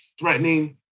threatening